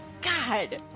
God